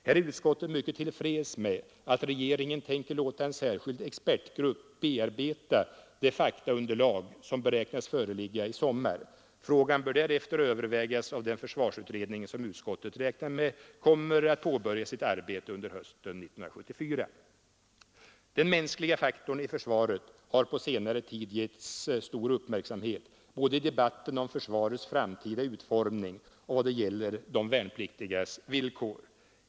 Här är utskottet mycket till freds med att regeringen tänker låta en särskild expertgrupp bearbeta det faktaunderlag som beräknas föreligga i sommar. Frågan bör därefter övervägas av den försvarsutredning som utskottet räknar med kommer att påbörja sitt arbete under hösten 1974. Den mänskliga faktorn i försvaret har på senare tid getts stor uppmärksamhet både i debatten om försvarets framtida utformning och i vad det gäller de värnpliktigas villkor.